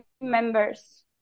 members